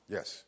Yes